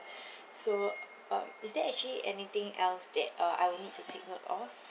so um is there actually anything else that uh I will need to take note of